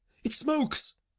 it smokes.